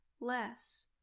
less